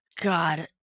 God